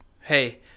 Hey